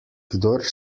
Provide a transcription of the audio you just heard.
kdor